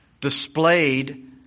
displayed